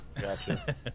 Gotcha